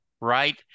right